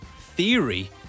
theory